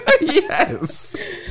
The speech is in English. Yes